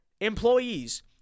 employees